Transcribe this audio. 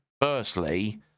Firstly